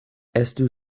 estu